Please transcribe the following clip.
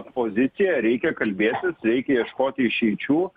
pozicija reikia kalbėtis reikia ieškoti išeičių